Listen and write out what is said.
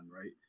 right